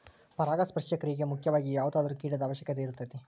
ಪರಾಗಸ್ಪರ್ಶ ಕ್ರಿಯೆಗೆ ಮುಖ್ಯವಾಗಿ ಯಾವುದಾದರು ಕೇಟದ ಅವಶ್ಯಕತೆ ಇರತತಿ